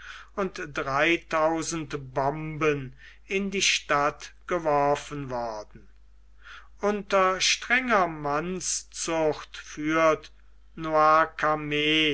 und dreitausend bomben in die stadt geworfen worden unter strenger mannszucht führt